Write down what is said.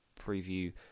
preview